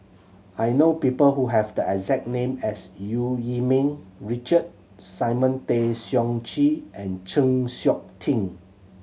I know people who have the exact name as Eu Yee Ming Richard Simon Tay Seong Chee and Chng Seok Tin